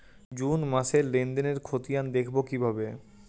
June মাসের লেনদেনের খতিয়ান দেখবো কিভাবে?